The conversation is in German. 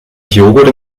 joghurt